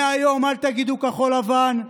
מהיום אל תגידו: כחול לבן,